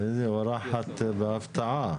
איזה אורחת בהפתעה.